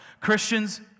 christians